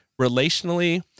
Relationally